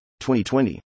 2020